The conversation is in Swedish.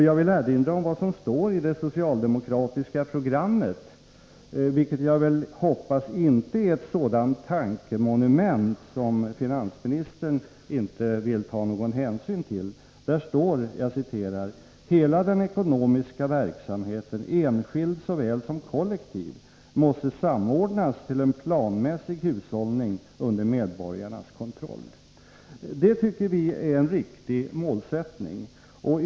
Jag vill också erinra om vad som står i det socialdemokratiska programmet, vilket jag hoppas inte är ett sådant tankemonument som finansministern inte vill ta hänsyn till. Där står: ”Hela den ekonomiska verksamheten, enskild så väl som kollektiv, måste samordnas till en planmässig hushållning under medborgarnas kontroll.” Det tycker vi är en riktig målsättning.